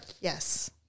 yes